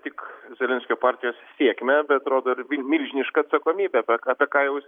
tik zelenskio partijos sėkmę bet rodo ir milžinišką atsakomybę apie apie ką jau jis pats